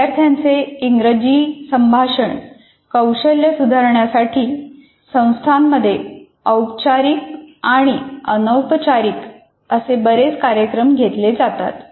विद्यार्थ्यांचे इंग्रजी संभाषण कौशल्य सुधारण्यासाठी संस्थांमध्ये औपचारिक आणि अनौपचारिक असे बरेच कार्यक्रम घेतले जातात